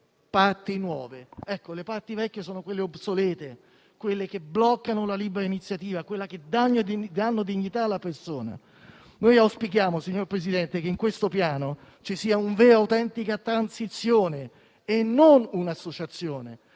Le parti vecchie sono quelle obsolete, quelle che bloccano la libera iniziativa, quelle che non danno dignità alla persona. Noi auspichiamo, signor Presidente, che in questo Piano ci sia una vera e autentica transizione e non una associazione,